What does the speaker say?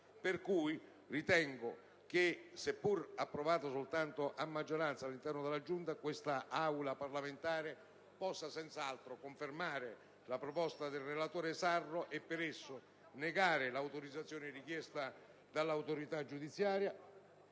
pertanto, che, seppur approvata soltanto a maggioranza all'interno della Giunta, quest'Aula parlamentare possa senz'altro confermare la proposta del relatore Sarro e negare l'autorizzazione richiesta dall'autorità giudiziaria.